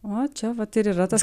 o čia vat ir yra tas